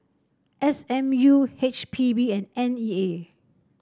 S M U H P B and N E A